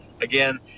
Again